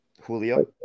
Julio